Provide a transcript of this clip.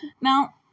Now